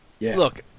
Look